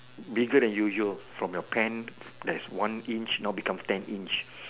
bigger from your usual from your pen that is one inch now become ten inch